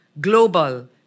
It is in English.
global